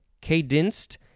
Cadenced